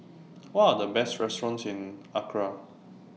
What Are The Best restaurants in Accra